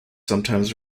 sometimes